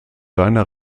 seiner